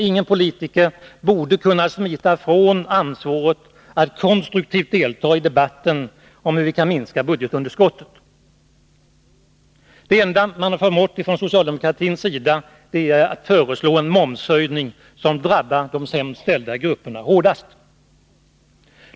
Ingen politiker borde kunna smita från ansvaret att konstruktivt delta i debatten om hur vi kan minska budgetunderskottet. Det enda socialdemokratin har förmått är att föreslå en momshöjning, vilken skulle drabba de sämst ställda grupperna hårdast.